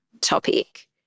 topic